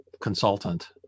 consultant